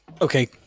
Okay